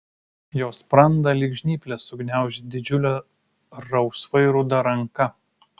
jo sprandą lyg žnyplės sugniaužė didžiulė rausvai ruda ranka